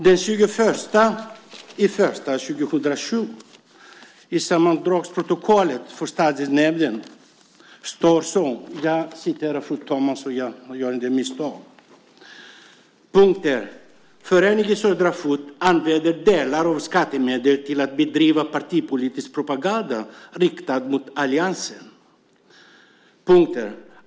Den 21 januari 2007 stod det så här i sammandragsprotokollet från stadsdelsnämnden: Föreningen Södra Fot använder delar av skattemedel till att bedriva partipolitisk propaganda riktad mot alliansen.